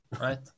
right